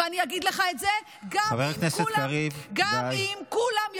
ואני אגיד לך את זה גם אם כולם,